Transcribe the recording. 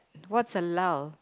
what's a lull